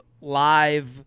live